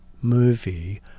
movie